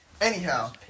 Anyhow